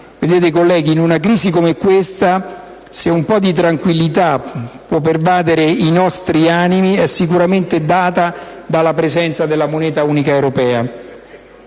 in una crisi come quella attuale, se un po' di tranquillità può pervadere i nostri animi, questa è sicuramente data dalla presenza della moneta unica europea.